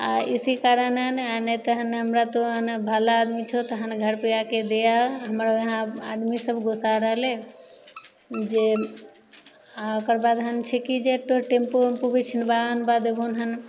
आओर इसी कारण हन आओर नहि तऽ हमरा तू ने भला आदमी छहो तहन घरपर आबिके दे आओर हमरा इहाँ आदमी सभ गोसा हो रहलै जे आ ओकर बाद हैन छिकी जेतौ टेम्पू एम्पू भी छिनबा देबौहन